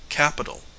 capital